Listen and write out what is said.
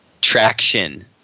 traction